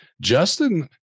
Justin